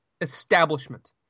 establishment